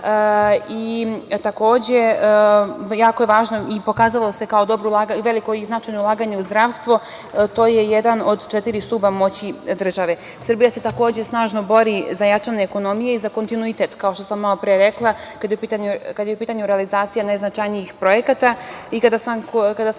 jako je važno i pokazalo se kao veliko i značajno ulaganje u zdravstvo, to je jedan od četiri stuba moći države. Srbija se takođe snažno bori za jačanje ekonomije i za kontinuitet, kao što sam malopre rekla, kada je u pitanju realizacija najznačajnijih projekata. Kada smo